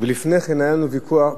לפני כן היה לנו ויכוח,